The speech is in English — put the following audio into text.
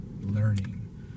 learning